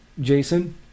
Jason